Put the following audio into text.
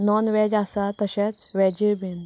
non veg आसा तशें वॅजूय बीन